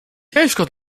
ciężko